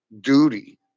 duty